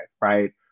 right